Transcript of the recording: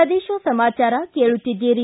ಪ್ರದೇಶ ಸಮಾಚಾರ ಕೇಳುತ್ತೀದ್ದಿರಿ